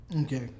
Okay